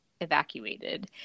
evacuated